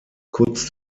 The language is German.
kurz